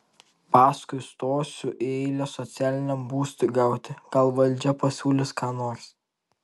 paskui stosiu į eilę socialiniam būstui gauti gal valdžia pasiūlys ką nors